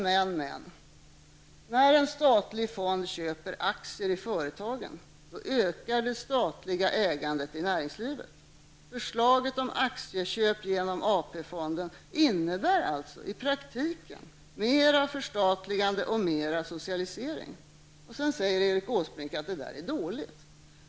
Men -- när en statlig fond köper aktier i företagen, så ökar det statliga ägandet i näringslivet. Förslaget om aktieköp genom AP-fonden innebär alltså i praktiken mera förstatligande och mera socialisering. Och sedan säger Erik Åsbrink att det är dåligt.